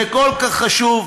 זה כל כך חשוב,